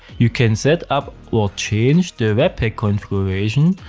you can set up or change the webpack configuration.